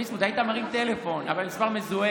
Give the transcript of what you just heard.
ביסמוט, היית מרים טלפון אבל עם מספר מזוהה.